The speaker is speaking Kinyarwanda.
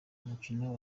umukino